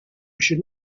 should